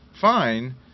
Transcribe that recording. fine